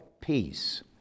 peace